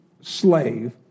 slave